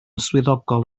swyddogol